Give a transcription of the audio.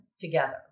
together